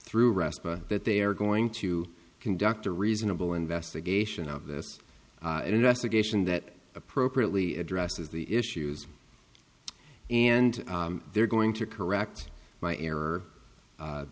through rest that they are going to conduct a reasonable investigation of this investigation that appropriately addresses the issues and they're going to correct my error